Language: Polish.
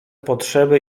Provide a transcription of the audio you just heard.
potrzeby